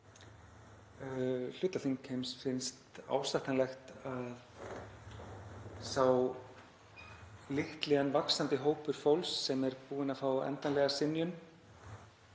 Hluta þingheims finnst ásættanlegt að sá litli en vaxandi hópur fólks, sem er búinn að fá endanlega synjun